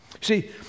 See